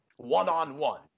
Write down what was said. one-on-one